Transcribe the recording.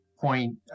point